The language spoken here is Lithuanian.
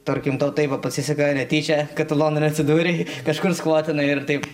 tarkim tau taip va pasiseka netyčia kad londone atsidūrei kažkur skvotinai ir taip